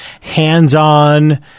Hands-on